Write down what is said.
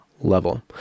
level